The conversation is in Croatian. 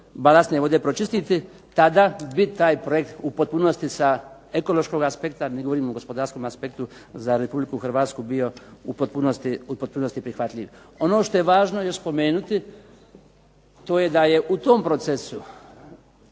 balastne vode pročistiti tada bi taj projekt u potpunosti sa ekološkog aspekta, da ne govorim o gospodarskom aspektu za RH bio u potpunosti prihvatljiv. Ono što je važno još spomenuti to je da je u tom procesu